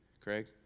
Craig